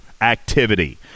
activity